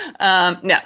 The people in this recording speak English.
No